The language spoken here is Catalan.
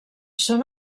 són